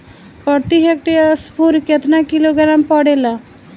प्रति हेक्टेयर स्फूर केतना किलोग्राम पड़ेला?